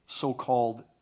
so-called